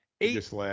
Eight